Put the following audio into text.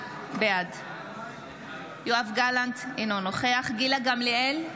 בעד יואב גלנט, אינו נוכח גילה גמליאל,